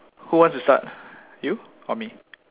who wants to start you or me